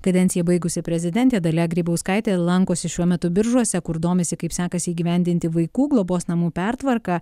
kadenciją baigusi prezidentė dalia grybauskaitė lankosi šiuo metu biržuose kur domisi kaip sekasi įgyvendinti vaikų globos namų pertvarką